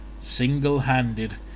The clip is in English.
Single-handed